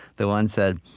the one said,